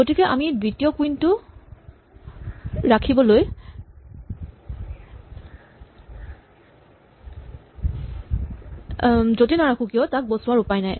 গতিকে আমি দ্বিতীয় কুইন টোক য'তেই নাৰাখো কিয় তাক বচোৱাৰ উপায় নাই